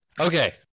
Okay